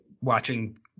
watching –